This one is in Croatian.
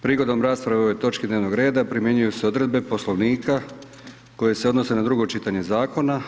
Prigodom rasprave o ovoj točki dnevnog reda primjenjuju se odredbe Poslovnika koje se odnose na drugo čitanje zakona.